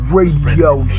Radio